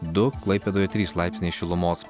du klaipėdoje trys laipsniai šilumos